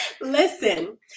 Listen